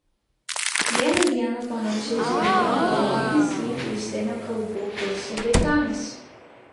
vieną dieną pamačiau skelbimą dėl bbc užsienio kalbų kursų vaikams